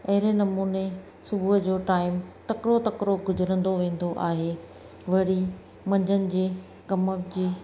अहिड़े नमूने सुबुह जो टाइम तकड़ो तकड़ो गुज़रंदो वेंदो आहे वरी मंझंदि जे कम जी